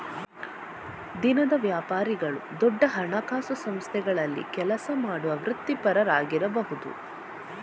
ದಿನದ ವ್ಯಾಪಾರಿಗಳು ದೊಡ್ಡ ಹಣಕಾಸು ಸಂಸ್ಥೆಗಳಲ್ಲಿ ಕೆಲಸ ಮಾಡುವ ವೃತ್ತಿಪರರಾಗಿರಬಹುದು